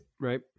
Right